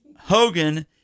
Hogan